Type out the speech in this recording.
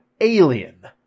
alien